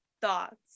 thoughts